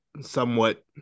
somewhat